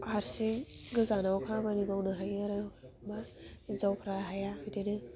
हारसिं गोजानाव खामानि मावनो हायो आरो बा हिन्जावफ्रा हाया बिदिनो